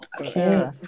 Okay